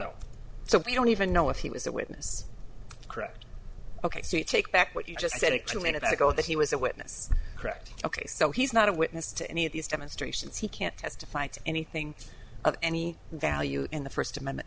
know so we don't even know if he was a witness correct ok so you take back what you just said it two minutes ago that he was a witness correct ok so he's not a witness to any of these demonstrations he can't testify to anything of any value in the first amendment